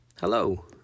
Hello